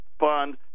fund